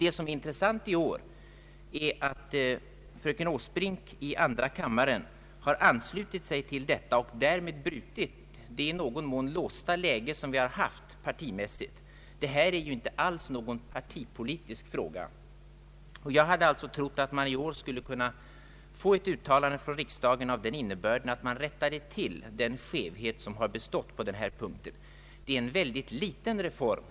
Det som är intressant i år är att fröken Åsbrink i andra kammaren har anslutit sig till vårt förslag och därmed brutit det i någon mån låsta läge som vi har haft partimässigt. Detta är ju inte alls någon partipolitisk fråga. Jag hade alltså trott att man i år skulle kunna få ett uttalande från riksdagen av den innebörden att den skevhet som har bestått på denna punkt rättades till. Det är fråga om en mycket liten reform.